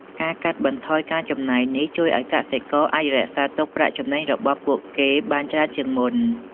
ការកាត់បន្ថយការចំណាយនេះជួយឱ្យកសិករអាចរក្សាទុកប្រាក់ចំណេញរបស់ពួកគេបានច្រើនជាងមុន។